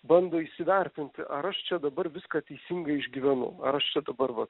bando įsivertinti ar aš čia dabar viską teisingai išgyvenu ar aš čia dabar vat